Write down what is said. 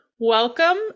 welcome